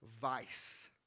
vice